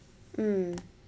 mm